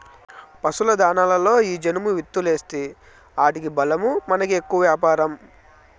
పశుల దాణాలలో ఈ జనుము విత్తూలేస్తీ ఆటికి బలమూ మనకి ఎక్కువ వ్యాపారం